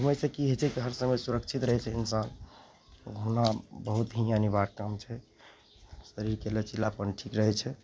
ओइसँ कि होइ छै हर समय सुरक्षित रहय छै इंसान घुमना बहुत ही अनिवार्य काम छै शरीरके लचीलापन ठीक रहय छै